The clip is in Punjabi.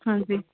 ਹਾਂਜੀ